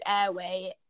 airway